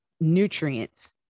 nutrients